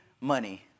money